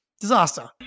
Disaster